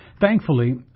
Thankfully